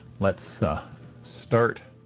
let's start